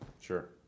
sure